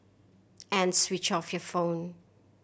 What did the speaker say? and switch off your phone